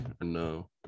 no